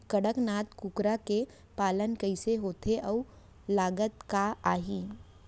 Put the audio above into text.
कड़कनाथ कुकरा के पालन कइसे होथे अऊ लागत का आही?